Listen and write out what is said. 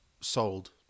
sold